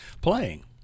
playing